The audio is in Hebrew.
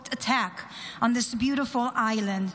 attack on this beautiful island,